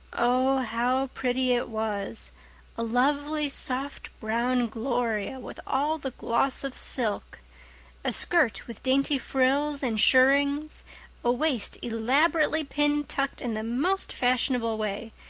oh, how pretty it was a lovely soft brown gloria with all the gloss of silk a skirt with dainty frills and shirrings a waist elaborately pintucked in the most fashionable way,